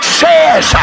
says